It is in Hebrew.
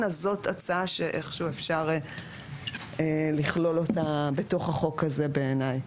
זאת הצעה שאיכשהו אפשר לכלול אותה בתוך החוק הזה בעיניי,